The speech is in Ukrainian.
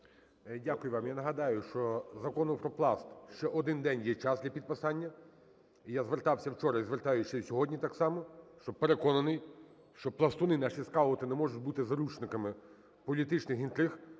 Дякую вам. Я нагадаю, що Закону про Пласт ще один день є час для підписання. І я звертався вчора і звертаюсь ще і сьогодні так само, що переконаний, що пластуни, наші скаути, не можуть бути заручниками політичних інтриг.